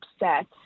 upset